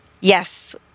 yes